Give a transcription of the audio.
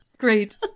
Great